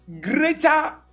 greater